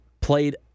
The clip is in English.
played